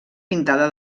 pintada